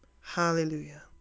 Hallelujah